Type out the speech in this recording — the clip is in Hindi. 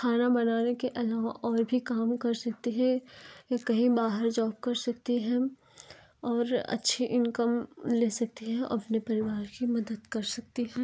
खाना बनाने के अलावा और भी काम कर सकती हैं या कहीं बाहर जॉब कर सकती हैं और अच्छे इनकम ले सकती हैं और अपने परिवार की मदद कर सकती है